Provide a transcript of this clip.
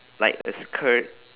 like a skirt